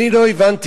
אני לא הבנתי,